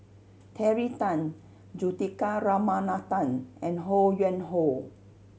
Terry Tan Juthika Ramanathan and Ho Yuen Hoe